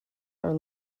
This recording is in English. are